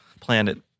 Planet